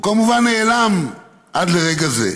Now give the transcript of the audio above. הוא כמובן נעלם עד לרגע זה.